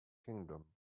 kingdom